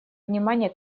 внимания